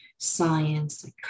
science